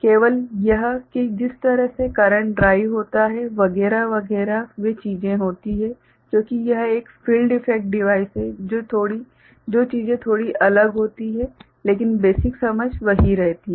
केवल यह कि जिस तरह से करंट ड्राइवहोता है वगैरह वगैरह वे चीजें होती हैं क्योंकि यह एक फील्ड इफेक्ट डिवाइस है जो चीजें थोड़ी अलग होती हैं लेकिन बेसिक समझ वही रहती है